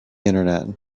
internet